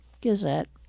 Gazette